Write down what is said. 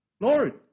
Lord